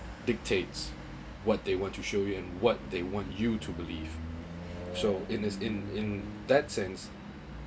dictates what they want to show you and what they want you to believe so in this in in that sense